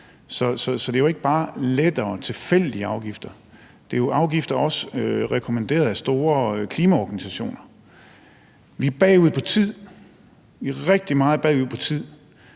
Så der er jo ikke bare tale om lettere tilfældige afgifter; det er jo afgifter, der også er rekommanderet af store klimaorganisationer. Vi er bagud på tid, vi er rigtig meget bagud på tid,